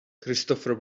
christopher